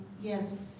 Yes